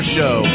Show